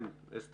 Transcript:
תודה